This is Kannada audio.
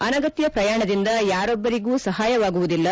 ಅನಗತ್ತ ಪ್ರಯಾಣದಿಂದ ಯಾರೊಬ್ಬರಿಗೂ ಸಹಾಯವಾಗುವುದಿಲ್ಲ